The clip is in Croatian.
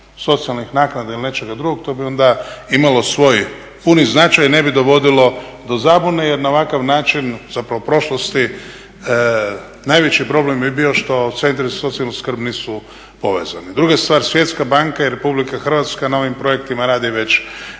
socijalnih naknada ili nečega drugog to bi onda imalo svoj puni značaj i ne bi dovodilo do zabune jer na ovakav način najveći problem bi bio što centri za socijalnu skrbi nisu povezani. Druga stvar, Svjetska banka i RH na ovim projektima rade već